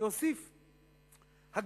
נוסיף הגדרה: